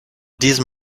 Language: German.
diesem